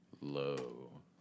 Low